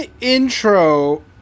intro